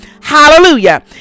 Hallelujah